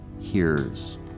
hears